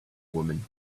woman